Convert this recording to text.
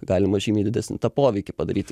galima žymiai didesnį tą poveikį padaryt